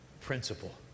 principle